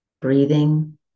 breathing